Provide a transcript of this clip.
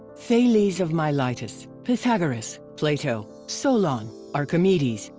thales of miletus, pythagoras, plato, solon, archimedes,